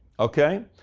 okay?